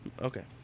Okay